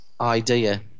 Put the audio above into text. idea